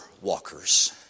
walkers